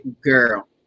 girl